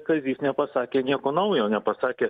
kazys nepasakė nieko naujo nepasakė